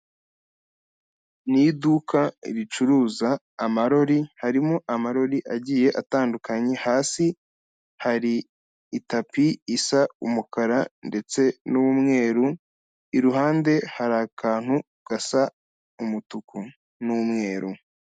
Ni iduka ricuruza amarori, harimo amarori agiye atandukanye. Hasi hari itapi isa umukara ndetse n'umweru, iruhande hari akantu gasa umutuku n'umweru.